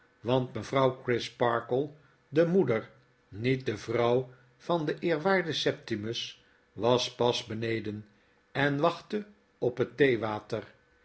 want mevrouw crisparkle de moeder niet de vrouw van den eerwaarden septimus was pas beneden en wachtte op het theewater